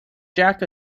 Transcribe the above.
jack